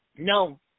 No